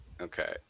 Okay